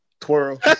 twirl